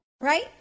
right